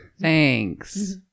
Thanks